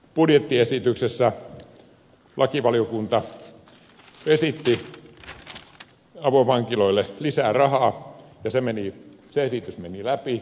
budjettiesityksessä lakivaliokunta esitti avovankiloille lisää rahaa ja se esitys meni läpi